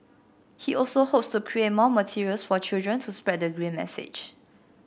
he also hopes to create more materials for children to spread the green message